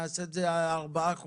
נעשה את זה על ארבעה חודשים.